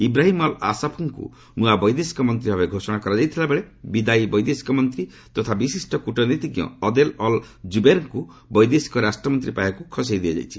Ibrahim al ଆସଫ୍ଙ୍କୁ ନୂଆ ବୈଦେଶିକ ମନ୍ତ୍ରୀ ଭାବେ ଘୋଷଣା କରାଯାଇଥିବା ବେଳେ ବିଦାୟୀ ବୈଦେଶିକ ମନ୍ତ୍ରୀ ତଥା ବିଶିଷ୍ଟ କୂଟନୀତିଜ୍ଞ ଅଦେଲ ଅଲ୍ ଜୁବେର୍ଙ୍କୁ ବୈଦେଶିକ ରାଷ୍ଟ୍ରମନ୍ତ୍ରୀ ପାହ୍ୟାକୁ ଖସାଇ ଦିଆଯାଇଛି